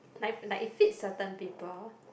like like it fits certain people